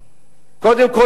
בכלל?